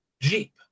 Jeep